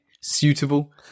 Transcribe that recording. Suitable